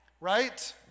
right